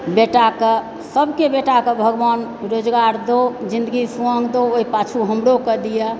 बेटाकऽ सभकेँ बेटाकऽ भगवान रोजगार दओ जिनगी समाँग दओ ओहि पाछु हमरो कए दिअ